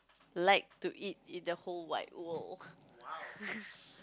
like to eat in the whole wide world